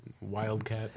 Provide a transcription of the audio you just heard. wildcat